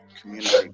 community